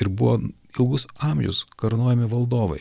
ir buvo ilgus amžius karūnuojami valdovai